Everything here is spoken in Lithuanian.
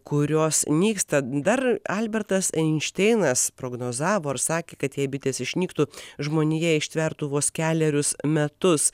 kurios nyksta dar albertas einšteinas prognozavo ar sakė kad jei bitės išnyktų žmonija ištvertų vos kelerius metus